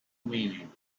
meaning